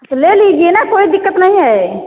तो ले लीजिए ना कोई दिक़्क़त नहीं है